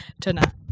tonight